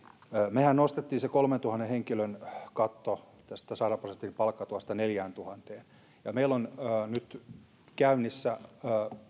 mehän nostimme sen kolmentuhannen henkilön katon sadan prosentin palkkatuessa neljääntuhanteen ja meillä on nyt käynnissä